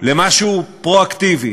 למשהו פרואקטיבי,